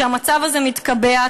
שהמצב הזה מתקבע.